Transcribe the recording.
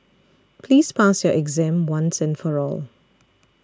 please pass your exam once and for all